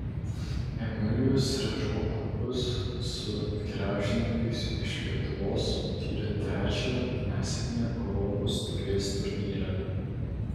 emilijos redžo klubas su krepšininkais iš lietuvos patyrė trečią nesėkmę europos taurės turnyre